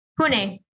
Pune